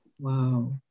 Wow